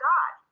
God